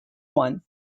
one